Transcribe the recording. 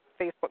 Facebook